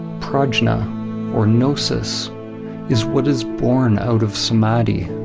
prajna or gnosis is what is born out of samadhi.